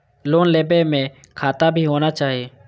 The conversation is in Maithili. लोन लेबे में खाता भी होना चाहि?